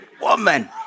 Woman